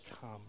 come